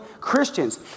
Christians